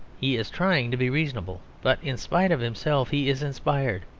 he is trying to be reasonable but in spite of himself he is inspired.